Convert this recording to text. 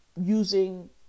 using